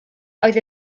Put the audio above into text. oedd